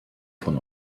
von